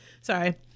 Sorry